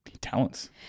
talents